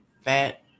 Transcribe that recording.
fat